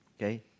okay